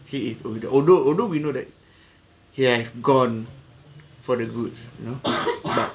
he is the although although we know that he has gone for the good know but